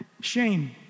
shame